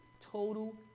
total